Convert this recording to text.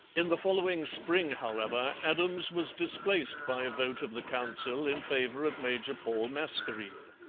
in the following spring, however, adams was displaced by a vote of the council in favour of major paul mascarene.